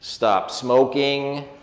stop smoking.